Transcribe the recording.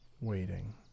waiting